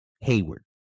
Hayward